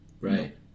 Right